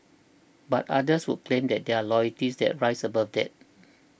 but others would claim that there are loyalties that rise above that